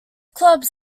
clubs